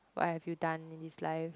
what have you done in this life